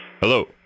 Hello